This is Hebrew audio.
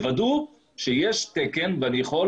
אנחנו יושבים כאן בוועדה.